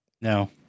No